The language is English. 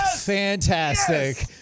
Fantastic